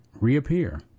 reappear